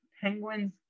Penguins